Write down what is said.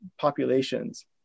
populations